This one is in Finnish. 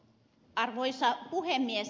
arvoisa puhemies